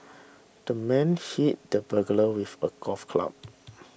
the man hit the burglar with a golf club